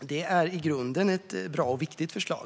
Detta är i grunden ett bra och viktigt förslag.